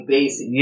Basic